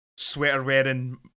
sweater-wearing